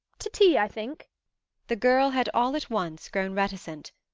to tea, i think the girl had all at once grown reticent,